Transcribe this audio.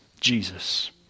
Jesus